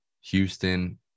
Houston